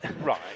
Right